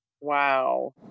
Wow